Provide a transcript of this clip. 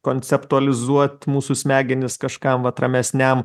konceptualizuot mūsų smegenis kažkam vat ramesniam